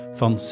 van